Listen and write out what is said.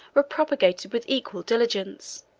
were propagated with equal diligence